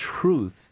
truth